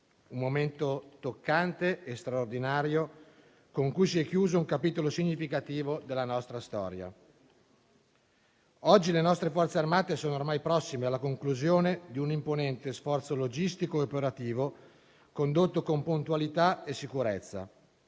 un momento toccante e straordinario con cui si è chiuso un capitolo significativo della nostra storia. Oggi le nostre Forze armate sono ormai prossime alla conclusione di un imponente sforzo logistico ed operativo, condotto con puntualità e sicurezza: